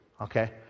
okay